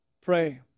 pray